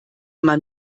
man